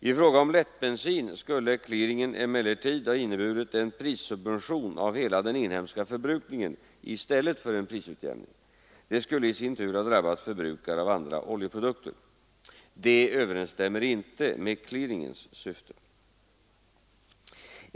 I fråga om lättbensin skulle clearingen emellertid ha inneburit en prissubvention av hela den inhemska förbrukningen i stället för en prisutjämning. Det skulle i sin tur ha drabbat förbrukare av andra oljeprodukter. Detta överensstämmer inte med clearingens syfte.